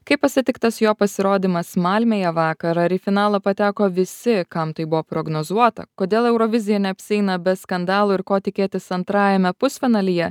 kaip pasitiktas jo pasirodymas malmėje vakar ar į finalą pateko visi kam tai buvo prognozuota kodėl eurovizija neapsieina be skandalų ir ko tikėtis antrajame pusfinalyje